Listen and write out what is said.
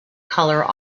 colour